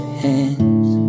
hands